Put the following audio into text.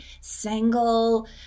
single